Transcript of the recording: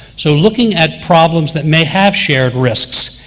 so, looking at problems that may have shared risks,